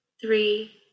three